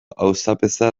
auzapeza